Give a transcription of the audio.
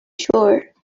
sure